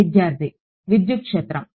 విద్యార్థి విద్యుత్ క్షేత్రం